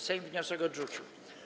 Sejm wniosek odrzucił.